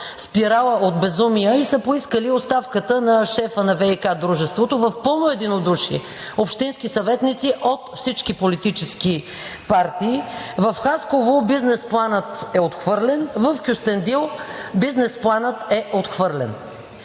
„спирала от безумия“ и са поискали оставката на шефа на ВиК дружеството в пълно единодушие – общински съветници от всички политически партии. В Хасково бизнес планът е отхвърлен. В Кюстендил бизнес планът е отхвърлен.